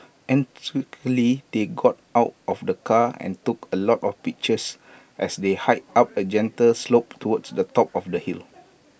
enthusiastically they got out of the car and took A lot of pictures as they hiked up A gentle slope towards the top of the hill